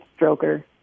stroker